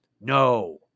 No